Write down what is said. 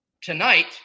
Tonight